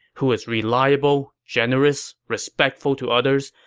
who is reliable, generous, respectful to others,